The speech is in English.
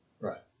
Right